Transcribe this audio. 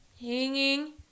hanging